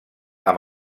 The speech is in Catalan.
amb